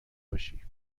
باشی